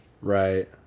Right